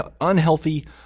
unhealthy